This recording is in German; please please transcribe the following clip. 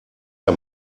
der